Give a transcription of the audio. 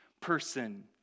person